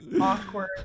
awkward